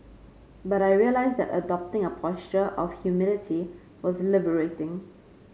but I realised that adopting a posture of humility was liberating